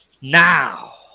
Now